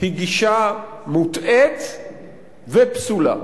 היא גישה מוטעית ופסולה,